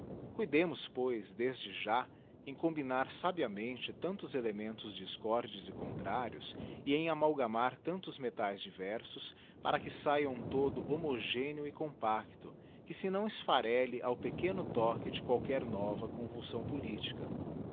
cuidemos pois desde já em combinar sabiamente tantos elementos discordes e contrários e em amalgamar tantos metaes diversos para que aia um todo homogéneo e compacto que se não esfarelle ao pequeno toque de qualquer nova convulsão politica